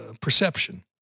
perception